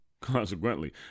Consequently